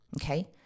Okay